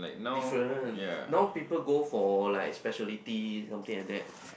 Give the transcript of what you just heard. different now people go for like specialty something like that